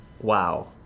Wow